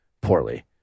poorly